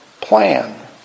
plan